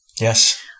Yes